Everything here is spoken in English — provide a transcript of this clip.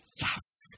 yes